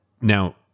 now